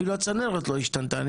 אפילו הצנרת לא השתנתה.